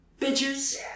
bitches